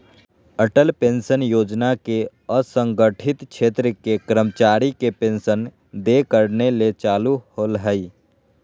Atal pension योजना के असंगठित क्षेत्र के कर्मचारी के पेंशन देय करने ले चालू होल्हइ